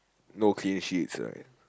no clear shits